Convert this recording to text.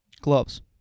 gloves